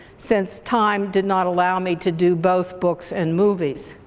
since time did not allow me to do both books and movies.